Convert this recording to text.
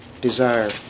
desire